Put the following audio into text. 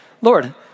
Lord